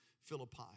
Philippi